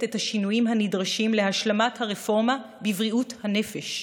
את השינויים הנדרשים להשלמת הרפורמה בבריאות הנפש.